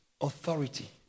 authority